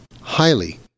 highly